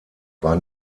war